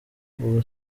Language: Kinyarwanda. ubu